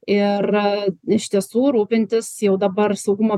ir iš tiesų rūpintis jau dabar saugumo